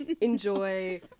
enjoy